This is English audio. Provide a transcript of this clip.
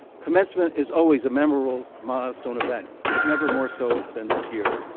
commencement is always a memorable milestone event but never more so than this year.